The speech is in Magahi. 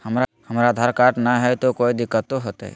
हमरा आधार कार्ड न हय, तो कोइ दिकतो हो तय?